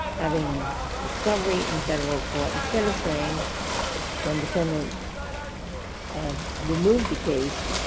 having discovery in federal court, instead of saying when defendant removed the case